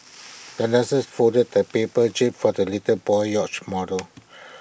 the nurse folded A paper jib for the little boy's yacht model